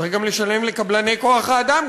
צריך לשלם גם לקבלני כוח-האדם,